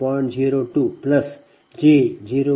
u Z 20